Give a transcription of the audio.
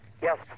Yes